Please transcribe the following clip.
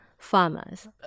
farmers